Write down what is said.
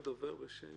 אני